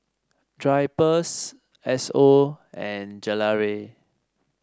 Drypers Esso and Gelare